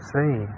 see